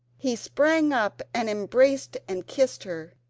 he sprang up and embraced and kissed her,